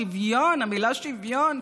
שוויון, המילה שוויון.